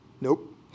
Nope